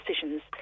decisions